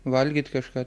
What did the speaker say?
valgyti kažką